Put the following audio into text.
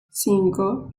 cinco